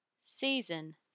Season